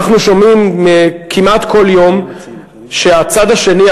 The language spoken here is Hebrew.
אנחנו שומעים כמעט כל יום שהצד השני,